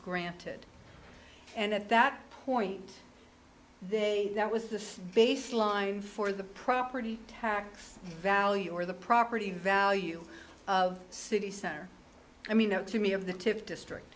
granted and at that point they that was the baseline for the property tax value or the property value of city center i mean that to me of the tip district